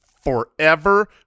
Forever